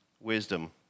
wisdom